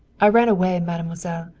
i ran away, mademoiselle.